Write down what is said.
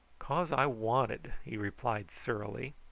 cause i wanted, he replied surlily.